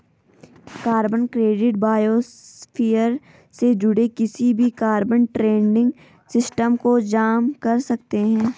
carbon credit biosphere से जुड़े किसी भी कार्बन ट्रेडिंग सिस्टम को जाम कर सकते हैं